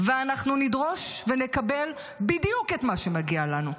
ואנחנו נדרוש ונקבל בדיוק את מה שמגיע לנו,